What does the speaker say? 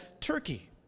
Turkey